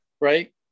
right